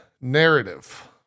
narrative